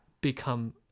become